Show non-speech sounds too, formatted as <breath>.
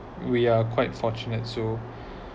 we are quite fortunate so <breath>